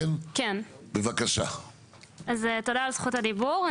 תודה על זכות הדיבור.